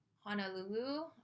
honolulu